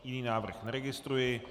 Jiný návrh neregistruji.